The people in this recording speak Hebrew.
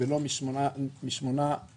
ולא מ-8 מיליארד.